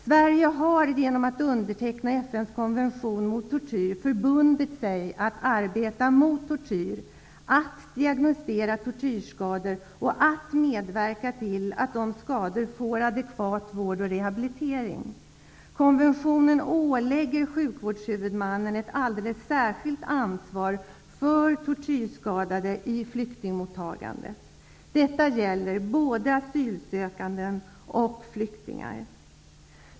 Sverige har genom att underteckna FN:s konvention mot tortyr förbundit sig att arbeta mot tortyr, för att diagnostisera tortyrskador och för att medverka till att de skadade får adekvat vård och rehabilitering. Konventionen ålägger sjukvårdshuvudmannen ett alldeles särskilt ansvar för tortyrskadade i flyktingmottagandet. Detta gäller både asylsökande och flyktingar.